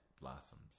blossoms